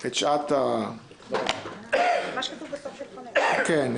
שעת --- מה שכתוב בסוף סעיף 5. כן,